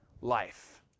life